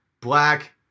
black